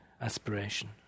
aspiration